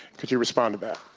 could you respond to that?